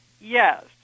Yes